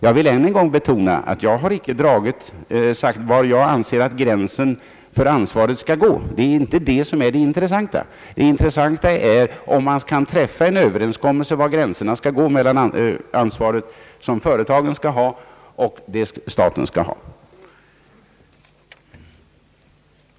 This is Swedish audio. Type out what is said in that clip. Jag vill än en gång betona att jag inte har sagt var jag anser att gränsen för ansvaret skall gå. Det är inte det som är det intressanta. Nej, det intressanta är om man kan träffa en överenskommelse om var gränserna skall gå mellan företagens ansvar och statens.